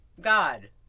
god